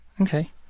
Okay